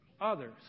others